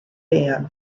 ban